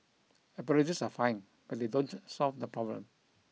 apologies are fine but they don't solve the problem